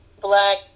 black